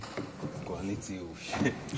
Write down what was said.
קואליציוש.